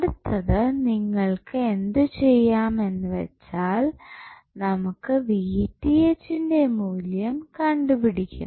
അടുത്തത് നിങ്ങൾക്കു എന്ത് ചെയ്യാം എന്നു വെച്ചാൽ നമുക്ക് ന്റെ മൂല്യം കണ്ടുപിടിക്കണം